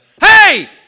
Hey